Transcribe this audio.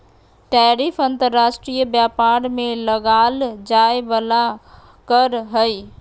tariff अंतर्राष्ट्रीय व्यापार में लगाल जाय वला कर हइ